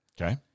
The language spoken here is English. Okay